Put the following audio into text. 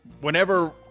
whenever